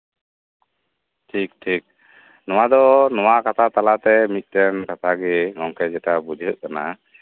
ᱴᱷᱤᱠ ᱴᱷᱤᱠ ᱱᱚᱣᱟ ᱫᱚ ᱱᱚᱣᱟ ᱠᱟᱛᱷᱟ ᱛᱟᱞᱟᱛᱮ ᱢᱤᱫᱴᱮᱱ ᱠᱟᱛᱷᱟ ᱜᱮ ᱱᱚᱝᱠᱟᱱ ᱡᱮᱴᱟ ᱵᱩᱡᱷᱟᱹᱜ ᱠᱟᱱᱟ